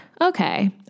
okay